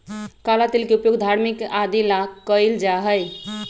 काला तिल के उपयोग धार्मिक आदि ला कइल जाहई